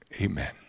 amen